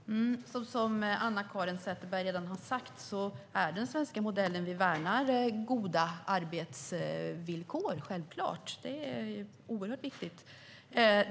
Herr talman! Som Anna-Caren Sätherberg redan har sagt värnar vi självfallet om goda arbetsvillkor i den svenska modellen. Det är oerhört viktigt.